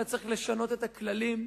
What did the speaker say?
אלא לשנות את הכללים.